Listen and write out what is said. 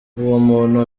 muntu